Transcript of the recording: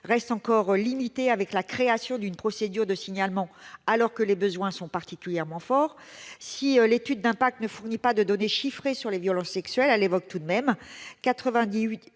se contente de créer une procédure de signalement, alors que les besoins sont particulièrement forts. Si l'étude d'impact ne fournit pas de données chiffrées quant aux violences sexuelles, elle évoque tout de même